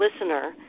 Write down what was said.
listener